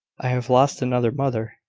i have lost another mother.